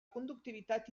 conductivitat